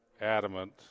adamant